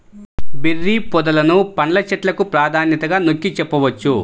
berry పొదలను పండ్ల చెట్లకు ప్రాధాన్యతగా నొక్కి చెప్పవచ్చు